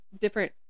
different